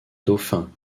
dauphin